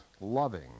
loving